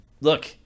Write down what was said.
Look